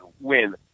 win